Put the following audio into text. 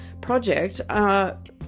project